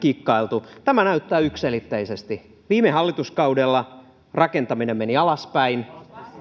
kikkailtu tämä näyttää yksiselitteisesti viime hallituskaudella rakentaminen meni alaspäin